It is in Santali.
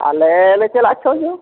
ᱟᱞᱮ ᱞᱮ ᱪᱟᱞᱟᱜᱼᱟ ᱪᱷᱚ ᱡᱚᱱ